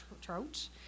trout